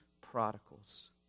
prodigals